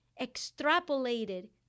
extrapolated